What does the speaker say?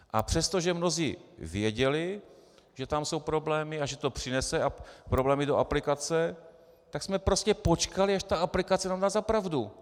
A přestože mnozí věděli, že tam jsou problémy a že to přinese problémy do aplikace, tak jsme prostě počkali, až ta aplikace nám dá za pravdu.